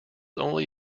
only